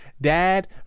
Dad